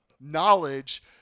knowledge